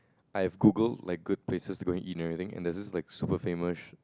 I have Googled like good places to go and eat and everything and there's this like super famous